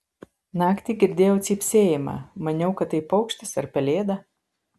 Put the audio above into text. naktį girdėjau cypsėjimą maniau kad tai paukštis ar pelėda